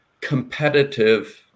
competitive